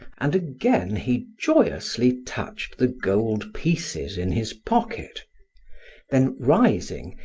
and again he joyously touched the gold pieces in his pocket then rising,